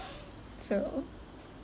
so